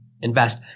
invest